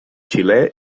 xilè